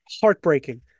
heartbreaking